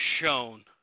shown